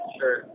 Sure